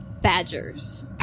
badgers